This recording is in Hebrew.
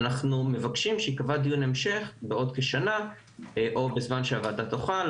אנחנו מבקשים שייקבע דיון המשך בעוד כשנה או בזמן שהוועדה תוכל,